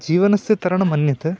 जीवनस्य तरणम् अन्यत्